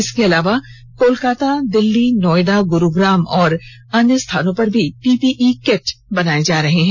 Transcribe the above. इसके अलावा कोलकाता दिल्ली नोएडा गुरूग्राम और अन्य स्थानों पर भी पी पी ई किट बनाये जा रहे हैं